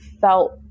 felt